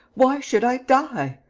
why should i die?